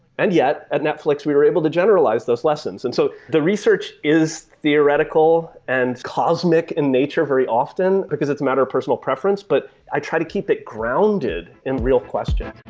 and yet at netflix we were able to generalize those lessons. and so the research is theoretical and cosmetic in nature very often, because it's a matter of personal preference, but i try to keep it grounded in the real questions.